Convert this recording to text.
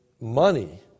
money